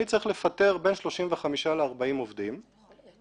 אני צריך לפטר בין 35 ל-40 עובדים מיידית.